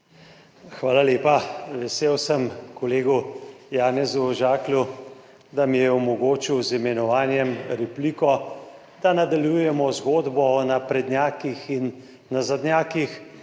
Hvala lepa. Vesel sem kolegu Janezu Žaklju, da mi je omogočil z imenovanjem repliko, da nadaljujemo zgodbo o naprednjakih in nazadnjakih,